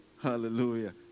Hallelujah